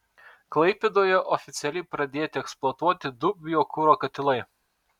klaipėdoje oficialiai pradėti eksploatuoti du biokuro katilai